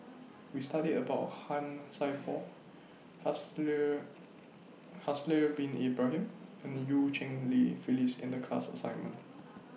We studied about Han Sai Por Haslir Haslir Bin Ibrahim and EU Cheng Li Phyllis in The class assignment